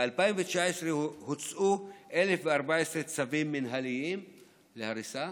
ב-2019 הוצאו 1,014 צווים מינהליים להריסה,